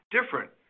different